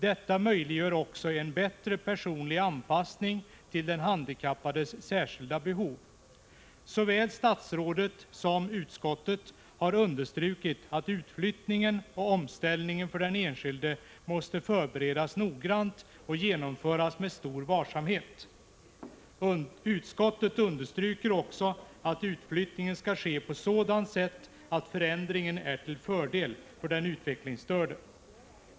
Detta möjliggör också en bättre personlig anpassning till den handikappades särskilda behov. Såväl statsrådet som utskottet har understrukit att utflyttningen och omställningen för den enskilde måste förberedas noggrant och genomföras med stor varsamhet. Utskottet understryker också att utflyttningen skall ske på ett sådant sätt att förändringen är till fördel för den utvecklingsstörde.